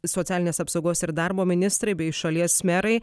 socialinės apsaugos ir darbo ministrai bei šalies merai